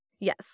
Yes